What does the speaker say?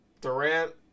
Durant